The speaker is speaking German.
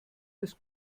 des